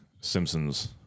Simpsons